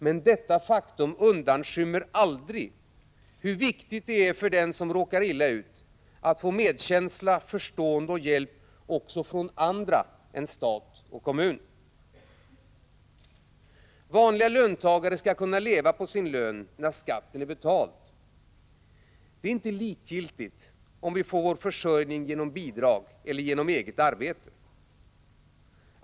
Men detta faktum undanskymmer aldrig hur viktigt det är för den som råkar illa ut att få medkänsla, förståelse och hjälp också från andra än stat och kommun. Vanliga löntagare skall kunna leva på sin lön, när skatten är betald. Det är inte likgiltigt om vi får vår försörjning genom bidrag eller genom eget arbete.